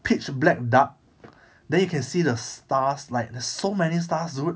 pitch black dark then you can see the stars like there's so many stars dude